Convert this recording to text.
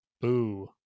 Boo